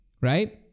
Right